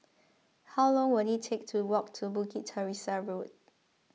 how long will it take to walk to Bukit Teresa Road